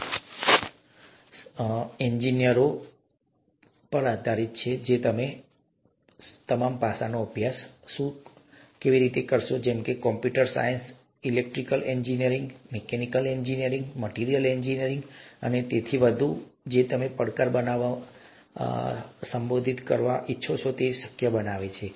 જો તમે એન્જિનિયર છો તો તમે જોઈ શકો છો કે તે તમામ પાસાઓ શું છે શું તે computer science electrical engineering mechanical engineering material engineering અને તેથી વધુ છે કે જે આ પડકારને બનાવવા અથવા તેને બનાવવા અથવા સંબોધિત કરવા તેને શક્ય બનાવે છે